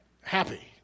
Happy